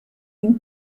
une